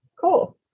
cool